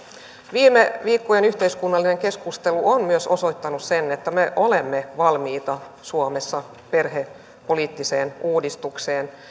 viime viikkojen yhteiskunnallinen keskustelu on myös osoittanut sen että me olemme valmiita suomessa perhepoliittiseen uudistukseen